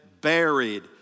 buried